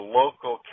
local